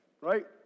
right